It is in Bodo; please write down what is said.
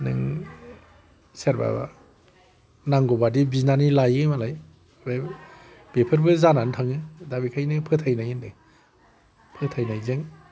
नों सोरबाबा नांगौ बायदि बिनानै लायो मालाय बेफोरबो जानानै थाङो दा बेखायनो फोथायनाय होनदों फोथायनायजों